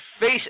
face